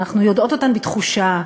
אנחנו יודעות אותם בתחושה,